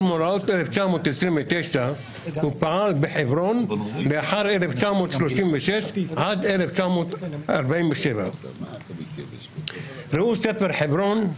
מאורעות 1929 ופעל בחברון לאחר 1936 עד 1947. ראו ספר "חברון"